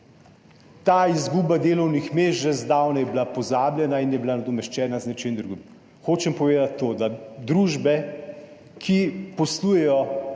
ta izguba delovnih mest že zdavnaj pozabljena in je bila nadomeščena z nečim drugim. Hočem povedati to, da družbe, ki poslujejo